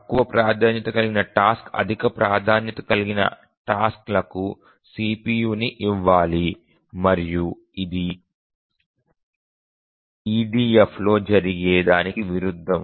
తక్కువ ప్రాధాన్యత కలిగిన టాస్క్ అధిక ప్రాధాన్యత కలిగిన టాస్క్ లకు CPUని ఇవ్వాలి మరియు ఇది EDFలో జరిగే దానికి విరుద్ధం